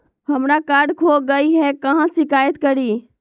हमरा कार्ड खो गई है, कहाँ शिकायत करी?